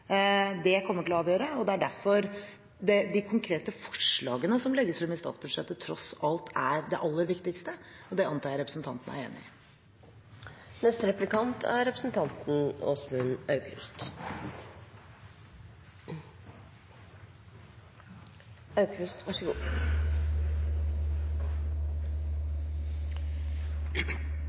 Det kommer til å avgjøre, og det er derfor de konkrete forslagene som legges frem i statsbudsjettet, tross alt er det aller viktigste, og det antar jeg representanten er enig i. Jeg synes det er